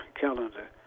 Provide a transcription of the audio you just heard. calendar